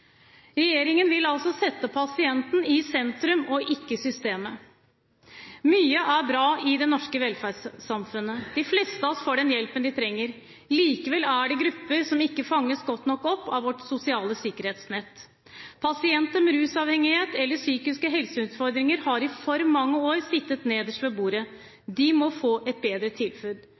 Regjeringen vil altså sette pasienten i sentrum og ikke systemet. Mye er bra i det norske velferdssamfunnet. De fleste av oss får den hjelpen vi trenger. Likevel er det grupper som ikke fanges godt nok opp av vårt sosiale sikkerhetsnett. Pasienter med rusavhengighet eller psykiske helseutfordringer har i for mange år sittet nederst ved bordet. De må få et bedre tilbud.